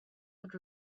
would